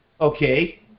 Okay